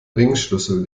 ringschlüssel